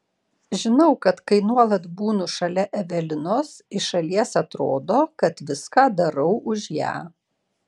žinau kad kai nuolat būnu šalia evelinos iš šalies atrodo kad viską darau už ją